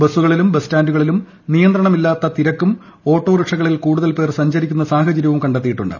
ബസ്സുകളിലും bus സ്റ്റാന്റുകളിലും നിയന്ത്രണമില്ലാത്ത തിരക്കും ഓട്ടോറിക്ഷകളിൽ കൂടുതൽ പേർ സഞ്ചരിക്കുന്ന സാഹചര്യവും കണ്ടെത്തിയിട്ടുണ്ട്